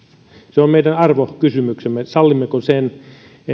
se on meidän arvokysymyksemme sallimmeko sen